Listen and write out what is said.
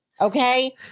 okay